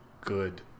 good